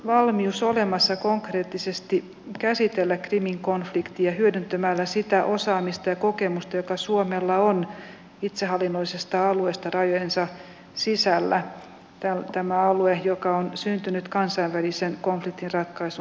valmius olemassa konkreettisesti käsittele krimin konfliktia hyödyttömään esittää osaamista ja kokemusta joka suomella on itsehallinnollisesta alueesta rajojensa sisällä tel tämä alue joka on neuvostoliitto hävisi kylmän sodan